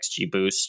XGBoost